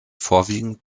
vorwiegend